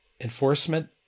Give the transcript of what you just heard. Enforcement